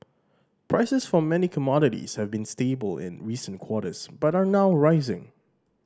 prices for many commodities have been stable in recent quarters but are now rising